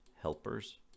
helpers